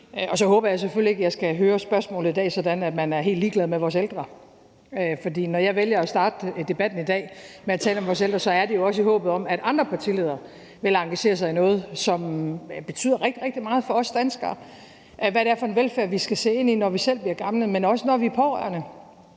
Så håber jeg selvfølgelig ikke, at jeg skal høre spørgsmålet i dag sådan, at man er helt ligeglad med vores ældre. For når jeg vælger at starte debatten i dag med at tale om vores ældre, så er det jo også i håbet om, at andre partiledere vil engagere sig i noget, som betyder rigtig, rigtig meget for os danskere, og hvad det er for en velfærd, vi skal se ind i, når vi selv bliver gamle, men også når vi er pårørende,